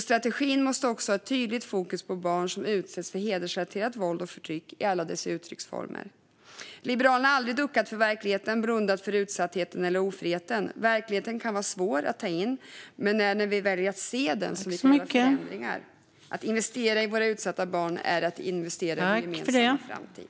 Strategin måste också ha ett tydligt fokus på barn som utsätts för hedersrelaterat våld och förtryck i alla dess uttrycksformer. Liberaler har aldrig duckat för verkligheten, blundat för utsattheten eller ofriheten. Verkligheten kan vara svår att ta in, med det är när vi väljer att se den som vi kan göra förändringar. Att investera i våra utsatta barn är att investera i vår gemensamma framtid.